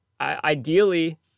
Ideally